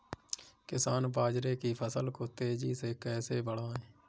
किसान बाजरे की फसल को तेजी से कैसे बढ़ाएँ?